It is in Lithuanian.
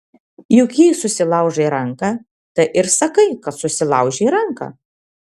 juk jei susilaužai ranką tai ir sakai kad susilaužei ranką